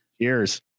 Cheers